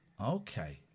Okay